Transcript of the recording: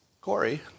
Corey